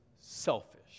selfish